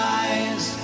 eyes